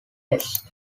tests